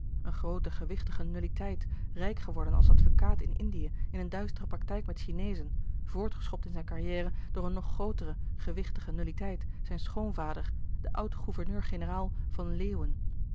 een groote gewichtige nulliteit rijk geworden als advocaat in indië in een duistere praktijk met chineezen voortgeschopt in zijn carrière door een nog grootere gewichtige nulliteit zijn schoonvader louis couperus de boeken der kleine zielen de oud gouverneur-generaal van leeuwen